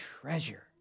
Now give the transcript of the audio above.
treasure